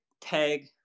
tag